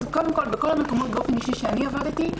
בכל המקומות שבהם אני עבדתי באופן אישי,